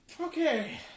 Okay